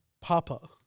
papa